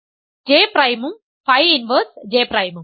J പ്രൈമും phi inverse J പ്രൈമും